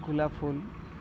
ଗୁଲାପ୍ ଫୁଲ୍